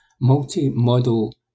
multi-model